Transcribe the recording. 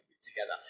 together